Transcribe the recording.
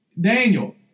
Daniel